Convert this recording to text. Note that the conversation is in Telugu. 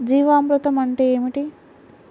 జీవామృతం అంటే ఏమిటి?